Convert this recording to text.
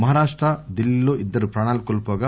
మహారాష్ట దిల్లీలో ఇద్దరు ప్రాణాలు కోల్పోగా